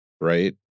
right